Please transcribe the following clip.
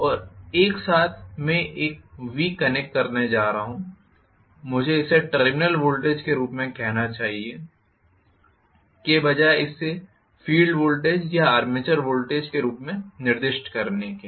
और एक साथ मैं एक Vकनेक्ट करने जा रहा हूं मुझे इसे टर्मिनल वोल्टेज के रूप में कहना चाहिए के बजाय इसे फील्ड वोल्टेज या आर्मेचर वोल्टेज के रूप में निर्दिष्ट करने के